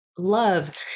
love